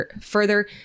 further